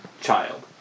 child